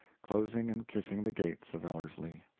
closing and kissing the gates of ellerslie.